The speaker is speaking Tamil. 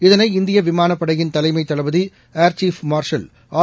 இதனை இந்திய விமானப்படையின் தலைமை தளபதி ஏர் சீஃப் மார்ஷல் ஆர்